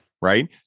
Right